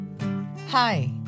Hi